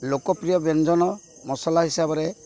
ଲୋକପ୍ରିୟ ବ୍ୟଞ୍ଜନ ମସଲା ହିସାବରେ